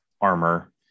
armor